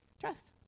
trust